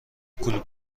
کلوب